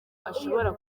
ashobora